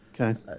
Okay